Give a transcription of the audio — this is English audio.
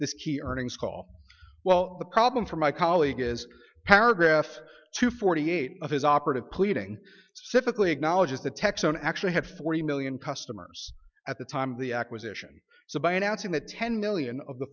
this key earnings call well the problem for my colleague is paragraph two forty eight of his operative pleading civically acknowledges the texan actually had forty million customers at the time of the acquisition so by announcing that ten million of the